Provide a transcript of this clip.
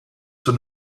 zur